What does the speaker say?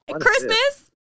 Christmas